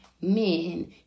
men